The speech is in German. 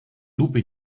lupe